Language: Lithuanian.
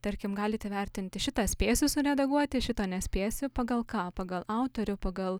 tarkim galit įvertinti šitą spėsi suredaguoti šitą nespėsiu pagal ką pagal autorių pagal